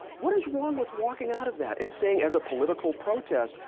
what is wrong with walking out of that and saying as a political protest,